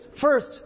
First